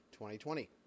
2020